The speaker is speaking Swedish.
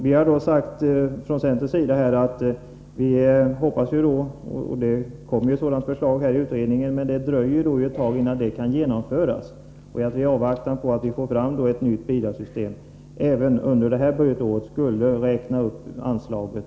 Vi från centern har då förklarat att man i avvaktan på ett nytt bidragssystem — ett sådant förslag kommer också från utredningen, men det dröjer ett tag innan det kan genomföras — även under detta budgetår borde räkna upp anslaget.